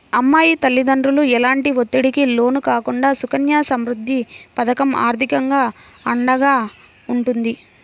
అమ్మాయి తల్లిదండ్రులు ఎలాంటి ఒత్తిడికి లోను కాకుండా సుకన్య సమృద్ధి పథకం ఆర్థికంగా అండగా ఉంటుంది